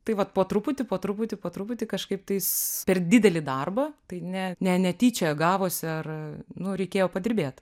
tai vat po truputį po truputį po truputį kažkaip tais per didelį darbą tai ne ne netyčia gavosi ar nu reikėjo padirbėt